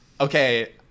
okay